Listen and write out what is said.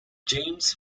james